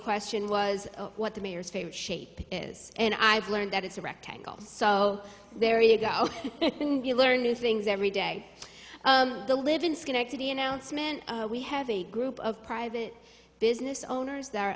question was what the mayor's favorite shape is and i've learned that it's a rectangle so there you go learn new things every day the live in schenectady announcement we have a group of private business owners that are